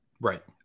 Right